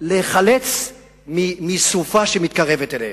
להיחלץ מסופה שמתקרבת אליהם.